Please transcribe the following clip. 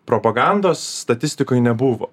propagandos statistikoj nebuvo